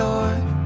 Lord